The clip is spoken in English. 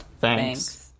Thanks